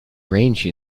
range